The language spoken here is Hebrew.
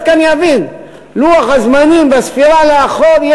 שכל אחד כאן יבין שלוח הזמנים בספירה לאחור,